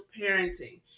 parenting